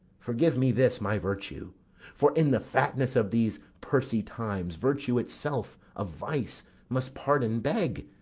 forgive me this my virtue for in the fatness of these pursy times virtue itself of vice must pardon beg,